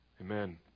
Amen